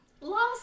Lost